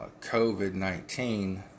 COVID-19